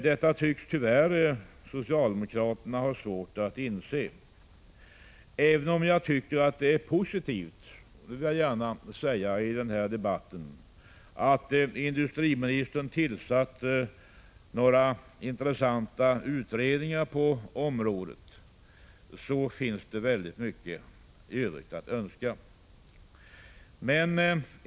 Detta tycks tyvärr socialdemo kraterna ha svårt att inse. Även om jag tycker att det är positivt — det vill jag gärna säga i denna debatt — att industriministern har tillsatt några intressanta utredningar på området, finns det väldigt mycket övrigt att önska.